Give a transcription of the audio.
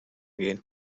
gehen